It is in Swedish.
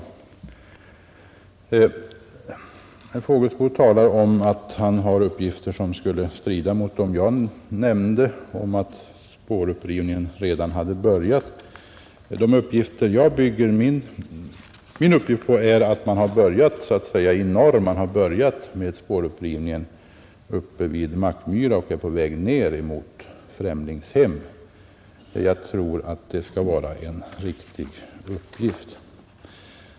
Herr Fågelsbo säger att han har uppgifter som skulle strida mot det som jag nämnde om att spårupprivningen redan hade börjat. De upplysningar jag bygger på går ut på att man har börjat i norr uppe vid Mackmyra och är på väg ner mot Främlingshem. Jag tror att det är en riktig uppgift.